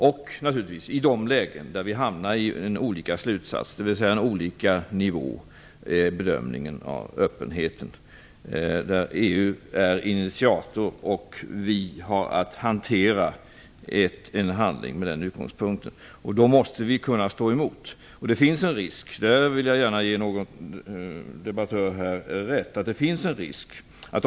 De kan också bli problem i de lägen då vi drar olika slutsatser och bedömningen av öppenheten hamnar på olika nivåer. EU är initiator och vi har att hantera en handling med den utgångspunkten. Då måste vi kunna stå emot. Jag vill gärna ge en av de tidigare debattörerna rätt i påståendet att det finns en risk i detta.